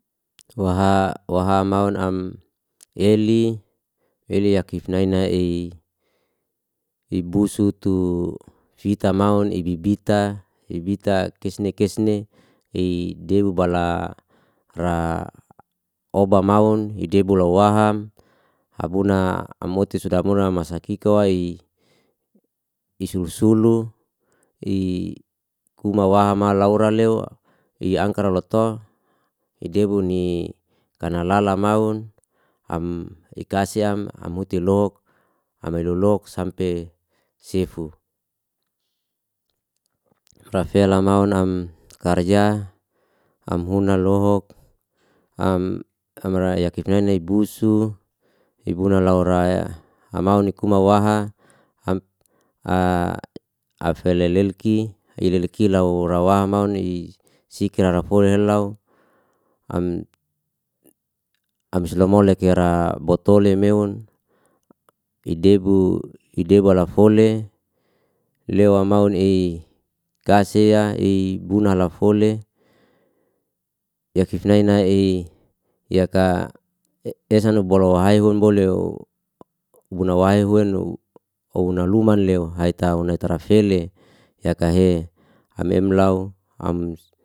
Wa ha wa ha maun am eli eli yakif nai nai i ibusu tu fita maun ibibita ibita kesne kesne i debu bala ra oba maun idebu lawaham abuna amoti suda bona masakiko wai isul sulu i kuma wahamal lau ra lewa i angka ra lo to idebun i kana lala maun am ikaseam amuti lok amelolok sampe sefu. rafela maun nam karja amhuna lohok am amraya kitanenek ya busu ibona laura ya hamau nikumawaha ham ha afelelelki ililikiu lau ra wamaun i sikra ralafole lau am abisnamolek ira botole meon idebu ideba la fole lewa maun i kasea i buna la fole yakif nai nai i yaka esana no bolo hae hun bole o buna wae huwe nu auna luman leo haitaun natara nafele yakahe am em lau ams